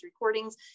recordings